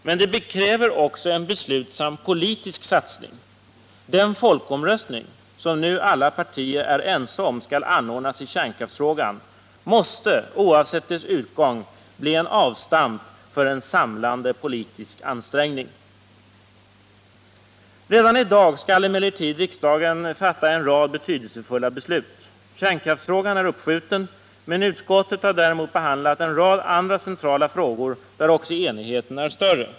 Men det kräver också en beslutsam politisk satsning. Den folkomröstning som nu alla partier är ense om skall anordnas i kärnkraftsfrågan måste, oavsett dess utgång, bli ett avstamp för en samlande ansträngning. Redan i dag skall emellertid riksdagen fatta en rad betydelsefulla beslut. Kärnkraftsfrågan är uppskjuten, men utskottet har däremot behandlat en rad andra centrala frågor, där också enigheten är större.